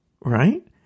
right